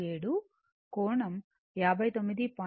47 కోణం 59